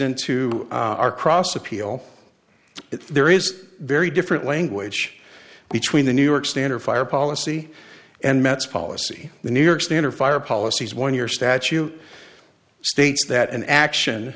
into our cross appeal there is very different language between the new york standard fire policy and mets policy the new york standard fire policies one year statute states that an action